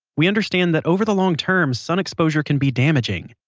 we understand that over the long-term, sun exposure can be damaging.